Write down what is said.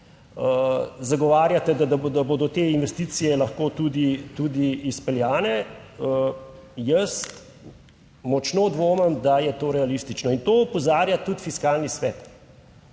zagovarjate, da bodo te investicije lahko tudi izpeljane. Jaz močno dvomim, da je to realistično, in to opozarja tudi Fiskalni svet.